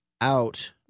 out